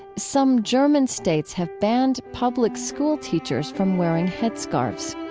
some german states have banned public school teachers from wearing headscarves